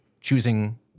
choosing